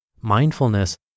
mindfulness